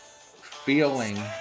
feeling